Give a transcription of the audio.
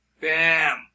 Bam